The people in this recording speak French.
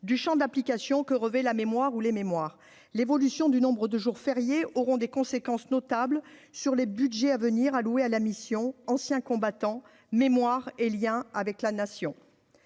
du Champ d'application que revêt la mémoire ou les mémoires l'évolution du nombre de jours fériés, auront des conséquences notables sur les Budgets à venir à louer à la mission Anciens combattants, mémoire et Liens avec la nation